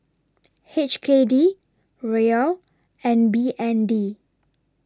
H K D Riel and B N D